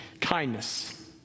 Kindness